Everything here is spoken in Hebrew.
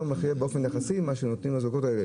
מחיה באופן יחסי מאשר נותנים לזוגות האלה.